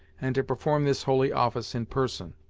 and to perform this holy office in person.